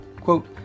quote